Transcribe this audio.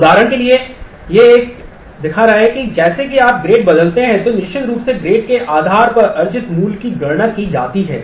उदाहरण के लिए यह एक दिखा रहा है कि जैसे ही आप ग्रेड बदलते हैं तो निश्चित रूप से ग्रेड के आधार पर अर्जित मूल्य की गणना की जाती है